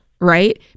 right